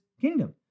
kingdom